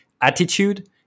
attitude